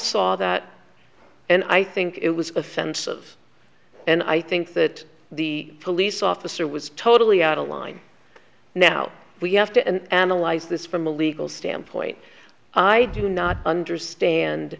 saw that and i think it was offensive and i think that the police officer was totally out of line now we have to the lies this from a legal standpoint i do not understand